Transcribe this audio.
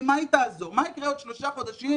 מה יקרה עוד שלושה חודשים